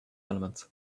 elements